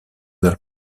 dal